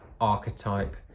archetype